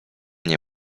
nie